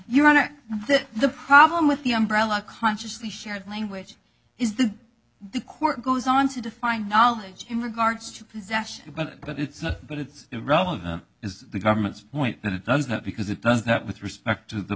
your honor the problem with the umbrella consciously shared language is that the court goes on to define knowledge in regards to yes but that it's not but it's relevant is the government's point that it does that because it does that with respect to the